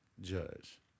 judge